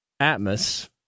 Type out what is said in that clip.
Atmos